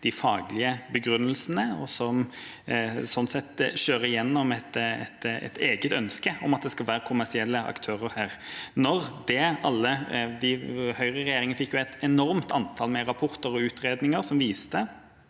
de faglige begrunnelsene, og som sånn sett kjører igjennom et eget ønske om at det skal være kommersielle aktører her. Høyreregjeringa fikk et enormt antall med rapporter og utredninger som viste